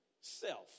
self